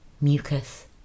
mucus